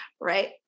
Right